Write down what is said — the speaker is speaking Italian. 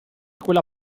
quella